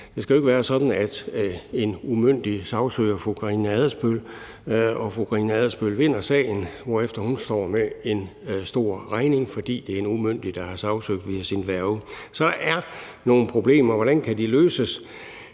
Det skal jo ikke være sådan, at en umyndig sagsøger fru Karina Adsbøl, og at fru Karina Adsbøl vinder sagen, hvorefter hun står med en stor regning, fordi det er en umyndig, der har sagsøgt via sin værge. Så der er nogle problemer, og hvordan kan de løses?